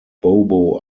bobo